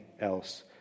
else